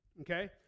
okay